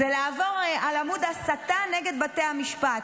זה לעבור על עמוד הסתה נגד בתי המשפט,